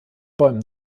bäumen